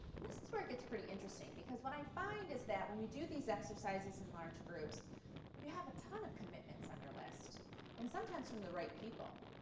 and this is where it gets pretty interesting. because what i find is that when we do these exercises in large groups you have a ton of commitments on your list and sometimes from the right people.